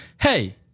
Hey